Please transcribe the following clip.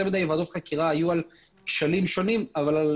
יותר מדי ועדות חקירה היו על כשלים שונים אבל על